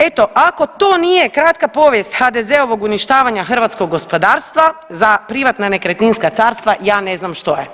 Eto, ako to nije kratka povijest HDZ-ovog uništavanja hrvatskog gospodarstva za privatna nekretninska carstva, ja ne znam što je.